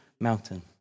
mountain